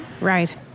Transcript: Right